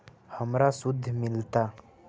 हमरा शुद्ध मिलता?